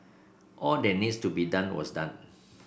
all that needs to be done was done